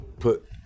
put